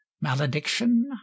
malediction